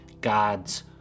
God's